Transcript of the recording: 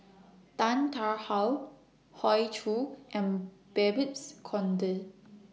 Tan Tarn How Hoey Choo and Babes Conde